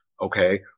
Okay